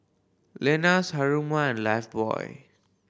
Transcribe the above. Lenas Haruma and Lifebuoy